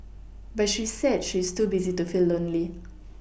but she said she is too busy to feel lonely